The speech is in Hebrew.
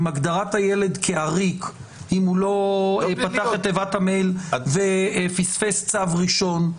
עם הגדרת הילד כעריק אם הוא לא פתח את תיבת המייל ופספס צו ראשון,